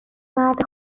مرد